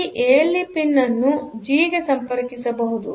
ಆದ್ದರಿಂದ ಈ ಎಎಲ್ಇ ಅನ್ನು ಅನ್ನು ಜಿ ಗೆ ಸಂಪರ್ಕಿಸಬಹುದು